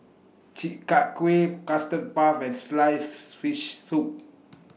Chi Kak Kuih Custard Puff and Sliced Fish Soup